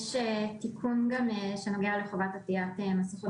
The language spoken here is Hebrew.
יש תיקון גם שנוגע לחובת עטיית מסכות